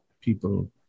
people